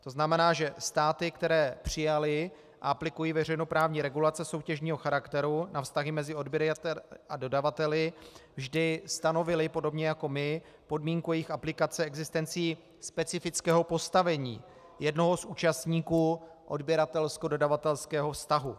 To znamená, že státy, které přijaly a aplikují veřejnoprávní regulace soutěžního charakteru na vztahy mezi odběrateli a dodavateli, vždy stanovily podobně jako my podmínku jejich aplikace existencí specifického postavení jednoho z účastníků odběratelskododavatelského vztahu.